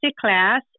class